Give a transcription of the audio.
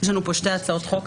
יש לנו כאן שתי הצעות חוק.